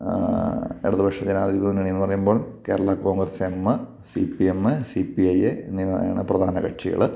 ഇടതുപക്ഷ ജനാധിപത്യ മുന്നണിയെന്ന് പറയുമ്പം Kerala Congress M C P M C P I എന്നിവയാണ് പ്രധാന കക്ഷികൾ